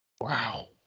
Wow